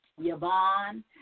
Yvonne